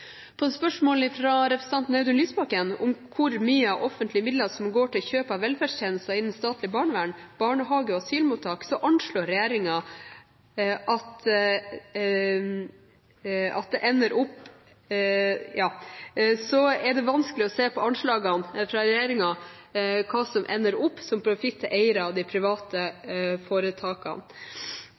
På spørsmål fra Audun Lysbakken om hvor mye av offentlige midler som går til kjøp av velferdstjenester innenfor statlig barnevern, barnehage og asylmottak, er det vanskelig å se på anslagene fra regjeringen hva som ender opp som profitt til eierne av de private foretakene.